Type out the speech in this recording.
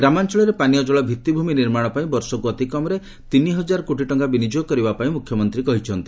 ଗ୍ରାମାଞ୍ଞଳରେ ପାନୀୟଜଳ ଭିଭିଭିମି ନିର୍ମାଣ ପାଇଁ ବର୍ଷକୁ ଅତି କମ୍ ହଜାର କୋଟି ଟଙ୍କା ବିନିଯୋଗ କରିବା ପାଇଁ ମୁଖ୍ୟମନ୍ତୀ କହିଛନ୍ତି